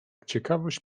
ciekawość